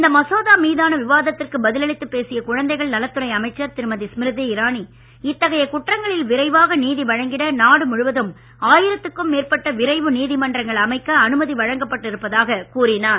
இந்த மசோதா மீதான விவாதத்திற்கு பதில் அளித்துப் பேசிய குழந்தைகள் நலத்துறை அமைச்சர் திருமதி ஸ்மிருதி இரானி இத்தகைய குற்றங்களில் விரைவாக நீதி வழங்கிட நாடு முழுவதும் ஆயிரத்துக்கும் மேற்பட்ட விரைவு நீதிமன்றங்கள் அமைக்க அனுமதி வழங்கப்பட்டு இருப்பதாக கூறினார்